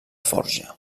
forja